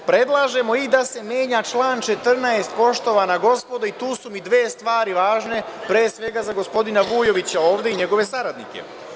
Predlažemo i da se menja član 14, poštovana gospodo, i tu su mi dve stvari važne, pre svega za gospodina Vujovića ovde i njegove saradnike.